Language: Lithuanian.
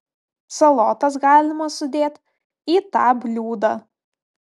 salotas galima sudėt į tą bliūdą